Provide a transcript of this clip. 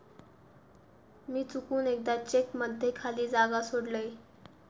मी चुकून एकदा चेक मध्ये खाली जागा सोडलय